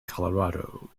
colorado